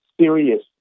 serious